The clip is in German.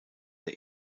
der